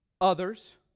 others